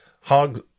hogs